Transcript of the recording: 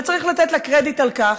וצריך לתת לה קרדיט על כך,